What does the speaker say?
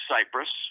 Cyprus